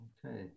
Okay